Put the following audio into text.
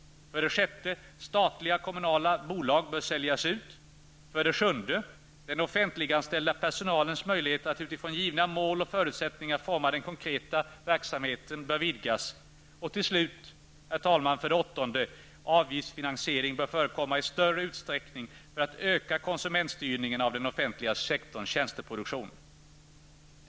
För det sjätte bör statliga och kommunala bolag säljas ut. För det sjunde bör den offentliganställda personalens möjligheter att utifrån givna mål och förutsättningar forma den konkreta verksamheten vidgas. Och till slut, för det åttonde, bör avgiftsfinansiering förekomma i större utsträckning i större utsträckning för att öka konsumentstyrningen av den offentliga sektorns tjänsteproduktion.